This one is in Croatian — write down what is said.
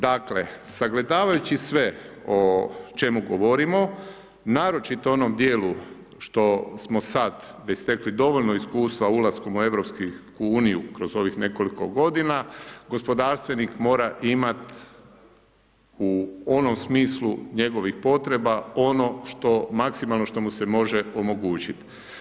Dakle, sagledavajući sve o čemu govorimo, naročito o onom dijelu što smo sad već stekli dovoljno iskustva ulaskom u Europsku uniju kroz ovih nekoliko godina, gospodarstvenik mora imat' u onom smislu njegovih potreba ono što, maksimalno što mu se može omogućiti.